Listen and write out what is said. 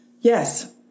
yes